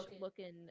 looking